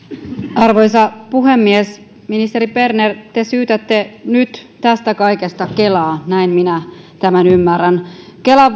arvoisa puhemies ministeri berner te syytätte nyt tästä kaikesta kelaa näin minä tämän ymmärrän kelan